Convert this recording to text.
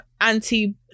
anti